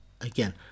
Again